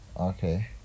Okay